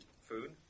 Food